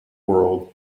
world